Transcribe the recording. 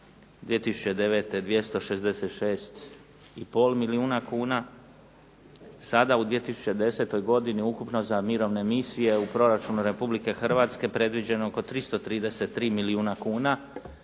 2009. 266,5 milijuna kuna. Sada u 2010. godini ukupno za mirovne misije u proračunu Republike Hrvatske predviđeno oko 333 milijuna kuna